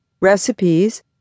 recipes